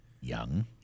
Young